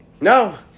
No